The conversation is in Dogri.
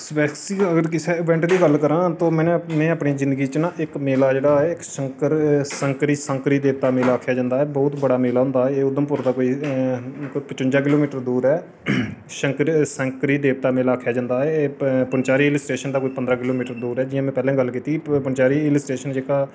स्पैसफिकली कुसै इवैंट दी गल्ल करां तां में अपनी जिंदगी च इक मेला जेह्ड़ा ऐ संकरी संकरी देवता मेला आखेआ जंदा ऐ बहुत बड़ा मेला होंदा ऐ उधमपुर दा कोई पचुंजा किलोमीटर दूर ऐ संकरी देवता मेला आखेआ जंदा ऐ एह् पंचैरी आह्ले स्टेशन दा कोई पंदरां किलोमीटर दूर ऐ जि'यां में पैह्लैं बी गल्ल कीती ही कि पंचैरी स्टेशन जेह्ड़ा